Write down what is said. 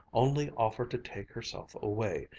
only offer to take herself away,